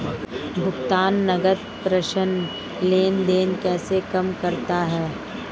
भुगतान नकद प्रेषण लेनदेन कैसे काम करता है?